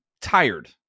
tired